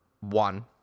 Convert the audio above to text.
one